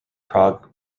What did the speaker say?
prog